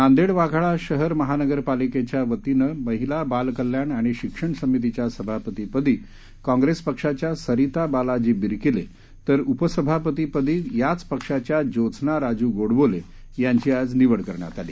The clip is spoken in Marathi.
नांदेड वाघाळा शहर महानगर पालिकेच्या महिला बाल कल्याण आणि शिक्षण समितीच्या सभापतीपदी काँग्रेस पक्षाच्या सरीता बालाजी बिरकिले तर उपसभापती पदी याच पक्षाच्या ज्योत्सना राजु गोडबोले यांची आज निवड करण्यात आली